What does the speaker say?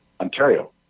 Ontario